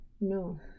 No